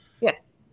Yes